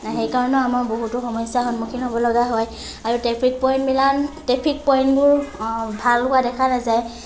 সেইকাৰণত আমাৰ বহুতো সমস্যাৰ সন্মুখীন হ'বলগীয়া হয় আৰু ট্ৰেফিক পইণ্টবিলাক ট্ৰেফিক পইণ্টবোৰ ভাল হোৱা দেখা নাযায়